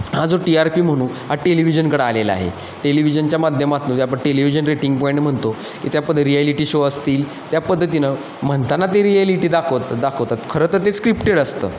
हा जो T R P म्हणून हा टेलिव्हिजनकडं आलेला आहे टेलिव्हिजनच्या माध्यमातून टेलिव्हिजन रेटिंग पॉईंट म्हणतो की त्या पद्धती रियालिटी शो असतील त्या पद्धतीनं म्हणताना ते रिएलिटी दाखवत दाखवतात खरं तर ते स्क्रिप्टेड असतं